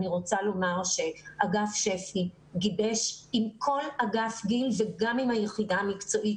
אני רוצה לומר שאגף שפ"י גיבש עם כל אגף גיל וגם עם היחידה המקצועית